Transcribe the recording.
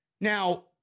Now